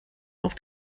auf